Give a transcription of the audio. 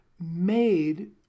made